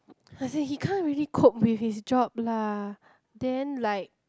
as in he can't really cope with his job lah then like